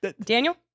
Daniel